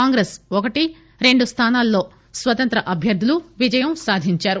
కాంగ్రెస్ ఒకటి రెండు స్థానాల్లో స్వతంత్ర అభ్యర్థులు విజయం సాధించారు